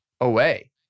away